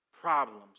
problems